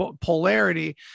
polarity